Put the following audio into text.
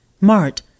mart